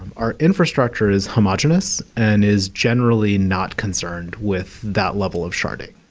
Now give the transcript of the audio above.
our infrastructure is homogenous and is generally not concerned with that level of sharding.